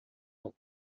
outra